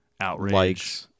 outrage